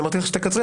אמרתי לך שתקצרי,